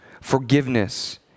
forgiveness